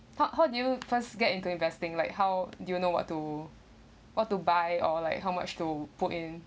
how how did you first get into investing like how do you know what to what to buy or like how much to put in